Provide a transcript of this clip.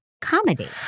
comedy